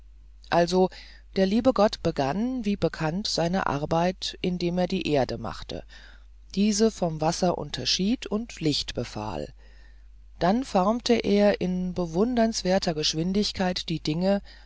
also der liebe gott begann wie bekannt seine arbeit indem er die erde machte diese vom wasser unterschied und licht befahl dann formte er in bewundernswerter geschwindigkeit die dinge